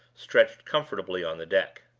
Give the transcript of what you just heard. stretched comfortably on the deck.